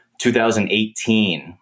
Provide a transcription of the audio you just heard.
2018